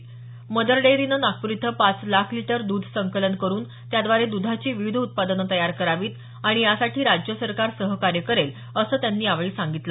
mother डेअरीनं नागपूर इथं पाच लाख लिटर दृध संकलन करून त्याद्वारे दुधाची विविध उत्पादनं तयार करावीत आणि यासाठी राज्य सरकार सहकार्य करेल असं त्यांनी यावेळी सांगितलं